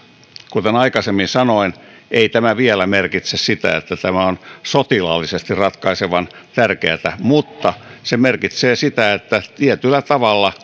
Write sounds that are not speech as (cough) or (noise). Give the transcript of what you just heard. kuten aikaisemmin sanoin ei tämä vielä merkitse sitä että tämä on sotilaallisesti ratkaisevan tärkeätä mutta se merkitsee sitä että tietyllä tavalla (unintelligible)